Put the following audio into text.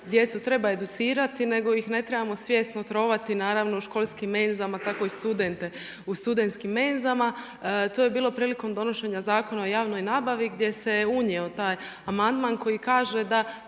djecu treba educirati, nego ih ne trebamo svjesno trovati, naravno u školskim menzama, tako i studente u studenskim menzama. To je bilo prilikom donošenja Zakona o javnoj nabavi, gdje se unio taj amandman, koji kaže da